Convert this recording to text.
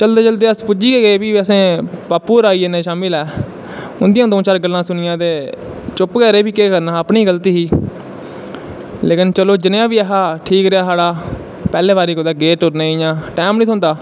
चलदे चलदे अर पुज्जी गै गे बापू होर आई गे इन्नै चिरे च उंदियां बी दऊं चार गल्लां सुनियां ते चुप्प गै रेह् कि के अपनी गै गल्ती ही लोकिन चलो जनेहा बी हा ठीक रेहा साढ़ा पैह्लै बारी गे टुरनें गी इयां टैम गै नी थ्होंदा